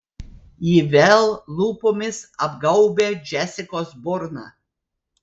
ji vėl lūpomis apgaubė džesikos burną